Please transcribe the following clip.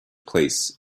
place